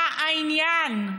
מה העניין?